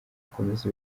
gukomeza